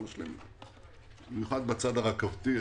במיוחד בצד הרכבתי.